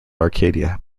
arcadia